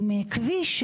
עם כביש,